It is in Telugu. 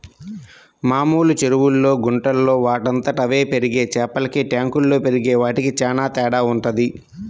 మామూలు చెరువుల్లో, గుంటల్లో వాటంతట అవే పెరిగే చేపలకి ట్యాంకుల్లో పెరిగే వాటికి చానా తేడా వుంటది